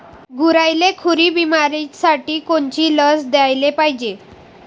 गुरांइले खुरी बिमारीसाठी कोनची लस द्याले पायजे?